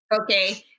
Okay